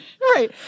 Right